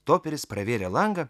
toperis pravėrė langą